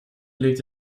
legt